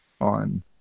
on